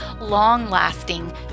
long-lasting